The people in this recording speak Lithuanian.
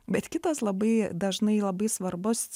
bet kitas labai dažnai labai svarbus